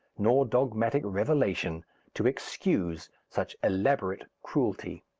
nor dogmatic revelation to excuse such elaborate cruelty.